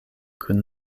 kun